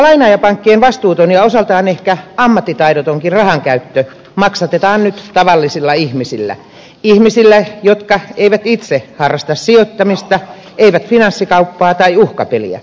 portugalin ja lainaajapankkien vastuuton ja osaltaan ehkä ammattitaidotonkin rahankäyttö maksatetaan nyt tavallisilla ihmisillä ihmisillä jotka eivät itse harrasta sijoittamista eivät finanssikauppaa tai uhkapeliä